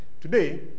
Today